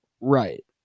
Right